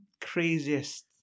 craziest